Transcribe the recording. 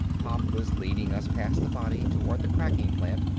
pop was leading us past the body toward the cracking plant.